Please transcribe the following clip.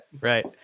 Right